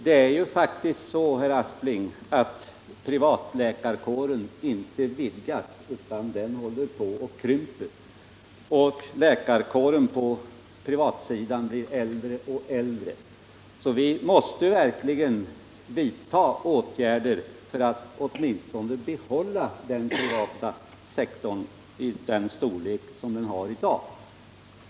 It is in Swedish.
Det är faktiskt så att privatläkarkåren inte vidgas, utan den håller på att krympa — och läkarkåren på privatsidan blir äldre och äldre. Vi måste verkligen vidta åtgärder för att åtminstone behålla den privata sektorn med den storlek den har i dag.